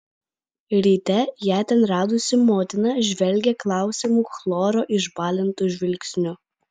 ryte ją ten radusi motina žvelgė klausiamu chloro išbalintu žvilgsniu